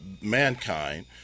mankind